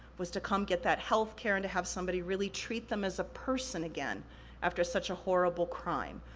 was to come get that healthcare, and to have somebody really treat them as a person again after such a horrible crime.